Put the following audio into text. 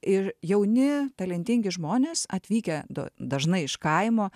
ir jauni talentingi žmonės atvykę do dažnai iš kaimo